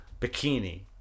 bikini